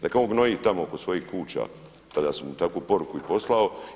Neka on gnoji tamo oko svojih kuća, tada sam mu i takvu poruku i poslao.